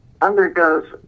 undergoes